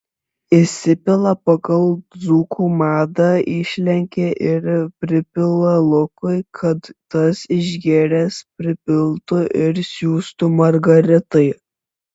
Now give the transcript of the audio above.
įsipila pagal dzūkų madą išlenkia ir pripila lukui kad tas išgėręs pripiltų ir siųstų margaritai